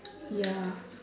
ya